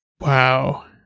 Wow